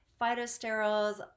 Phytosterols